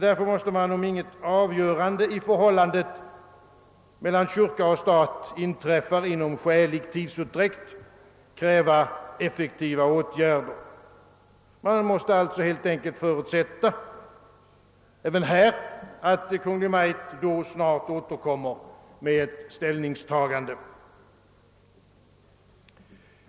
Därför måste man, om inget avgörande i förhållandet kyrka—stat inträffar inom skälig tid, kräva effektiva åtgärder. Man måste helt enkelt även här förutsätta att Kungl. Maj:t snart återkommer med ett ställningstagande.